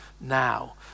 now